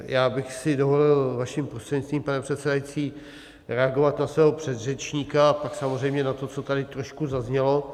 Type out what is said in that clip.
Já bych si dovolil vaším prostřednictvím, pane předsedající, reagovat na svého předřečníka a pak samozřejmě na to, co tady trošku zaznělo.